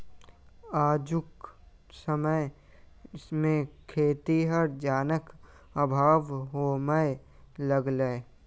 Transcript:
आजुक समय मे खेतीहर जनक अभाव होमय लगलै